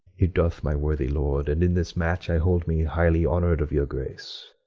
it doth, my worthy lord, and in this match i hold me highly honoured of your grace,